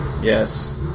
Yes